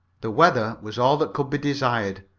the weather was all that could be desired,